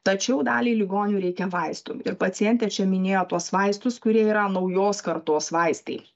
tačiau daliai ligonių reikia vaistų ir pacientė čia minėjo tuos vaistus kurie yra naujos kartos vaistai